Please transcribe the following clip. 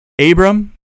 Abram